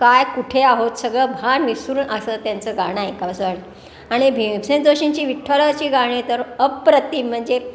काय कुठे आहोत सगळं भान विसरून असं त्यांचं गाणं ऐकावंसं वाट आणि भीमसेन जोशींची विठ्ठलाची गाणे तर अप्रतिम म्हणजे